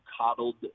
coddled